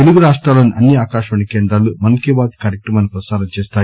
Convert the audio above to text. తెలుగు రాష్టాల్లోని అన్ని అకాశవాణి కేందాలు మన్ కి బాత్ కార్యక్రమాన్ని పసారం చేస్తాయి